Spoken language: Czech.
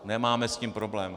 Nemáme s tím problém.